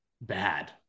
Bad